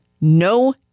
no